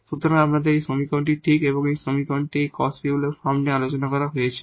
এবং সুতরাং এখন এই সমীকরণটি ঠিক এই সমীকরণটি এই Cauchy Euler ফর্ম নিয়ে আলোচনা করেছে